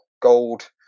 gold